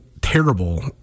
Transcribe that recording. terrible